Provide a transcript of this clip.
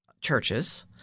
churches